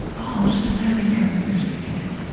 oh, so the family is coming this weekend.